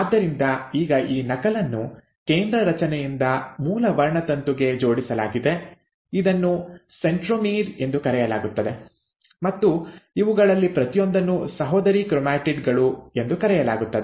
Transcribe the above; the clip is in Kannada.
ಆದ್ದರಿಂದ ಈಗ ಈ ನಕಲನ್ನು ಕೇಂದ್ರ ರಚನೆಯಿಂದ ಮೂಲ ವರ್ಣತಂತುಗೆ ಜೋಡಿಸಲಾಗಿದೆ ಇದನ್ನು ಸೆಂಟ್ರೊಮೀರ್ ಎಂದು ಕರೆಯಲಾಗುತ್ತದೆ ಮತ್ತು ಇವುಗಳಲ್ಲಿ ಪ್ರತಿಯೊಂದನ್ನು ಸಹೋದರಿ ಕ್ರೊಮ್ಯಾಟಿಡ್ ಗಳು ಎಂದು ಕರೆಯಲಾಗುತ್ತದೆ